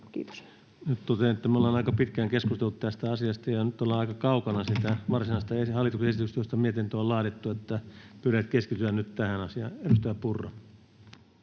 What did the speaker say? Content: Nyt totean, että me ollaan aika pitkään keskustelu tästä asiasta, ja nyt ollaan aika kaukana siitä varsinaisesta hallituksen esityksestä, josta mietintö on laadittu, että pyydän, että keskitytään nyt tähän asiaan. — Edustaja Purra.